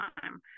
time